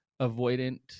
avoidant